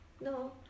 no